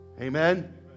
amen